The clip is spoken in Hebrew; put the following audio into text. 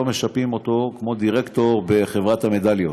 לא משפים אותו כמו דירקטור בחברת המדליות.